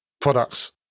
products